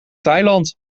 thailand